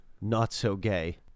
not-so-gay